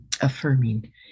affirming